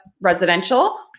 residential